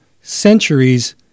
centuries